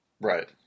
Right